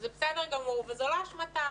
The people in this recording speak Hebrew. שזה בסדר גמור וזה לא אשמתם.